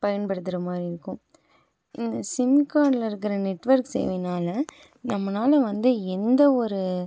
பயன்படுத்துகிற மாதிரி இருக்கும் இந்த சிம் கார்டில் இருக்கிற நெட்ஒர்க் சேவையினால் நம்மனால வந்து எந்த ஒரு